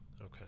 Okay